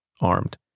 armed